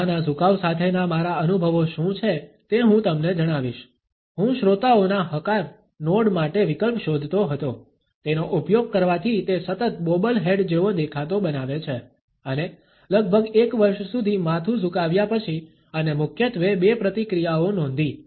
માથાના ઝુકાવ સાથેના મારા અનુભવો શું છે તે હું તમને જણાવીશ હું શ્રોતાઓના હકાર નોડ માટે વિકલ્પ શોધતો હતો તેનો ઉપયોગ કરવાથી તે સતત બોબલ હેડ જેવો દેખાતો બનાવે છે અને લગભગ એક વર્ષ સુધી માથું ઝુકાવ્યા પછી અને મુખ્યત્વે બે પ્રતિક્રિયાઓ નોંધી